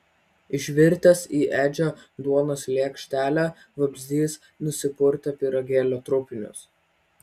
išvirtęs į edžio duonos lėkštelę vabzdys nusipurtė pyragėlio trupinius